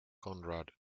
conrad